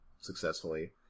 successfully